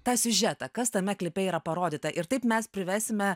tą siužetą kas tame klipe yra parodyta ir taip mes privesime